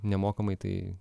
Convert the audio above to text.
nemokamai tai